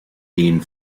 ehen